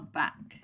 back